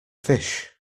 fish